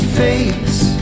face